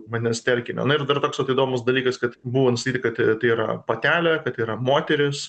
vandens telkinio na ir dar toks vat įdomus dalykas kad buvo nustatyta kad tai yra patelė kad tai yra moteris